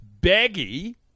baggy